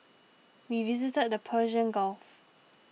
we visited the Persian Gulf